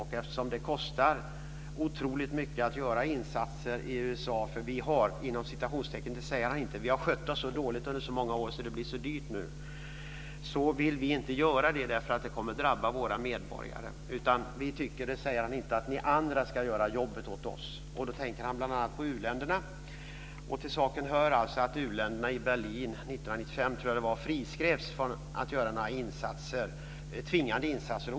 Det kostar otroligt mycket att göra insatser i USA eftersom - det säger han inte - vi har skött oss så dåligt under så många år att det nu blir så dyrt. Vi vill inte göra det eftersom det kommer att drabba våra medborgare. Vi tycker - det säger han inte - att ni andra ska göra jobbet åt oss. Då tänker han bl.a. på u-länderna. Till saken hör att u-länderna i Berlin - jag tror att det var år 1995 - friskrevs från att göra några tvingande insatser.